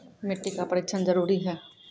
मिट्टी का परिक्षण जरुरी है?